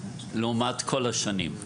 ₪ לעומת כל השנים?